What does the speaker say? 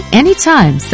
anytime